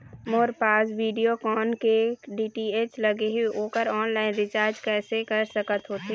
मोर पास वीडियोकॉन के डी.टी.एच लगे हे, ओकर ऑनलाइन रिचार्ज कैसे कर सकत होथे?